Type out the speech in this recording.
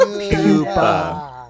Pupa